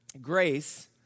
Grace